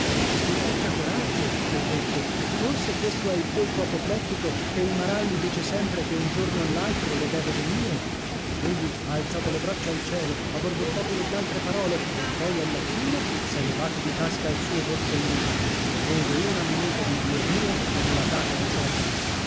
si faccia coraggio gli ho detto forse questo è il colpo apoplettico che il maralli dice sempre che un giorno o l'altro le deve venire egli ha alzato le braccia al cielo ha borbottato dell'altre parole e poi alla fine s'è levato di tasca il suo borsellino ha preso una moneta di due lire e me l'ha data dicendomi